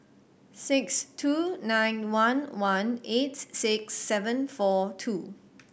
six two nine one one eight six seven four two